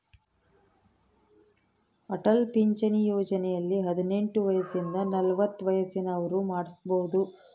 ಅಟಲ್ ಪಿಂಚಣಿ ಯೋಜನೆಯಲ್ಲಿ ಹದಿನೆಂಟು ವಯಸಿಂದ ನಲವತ್ತ ವಯಸ್ಸಿನ ಅವ್ರು ಮಾಡ್ಸಬೊದು